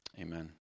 Amen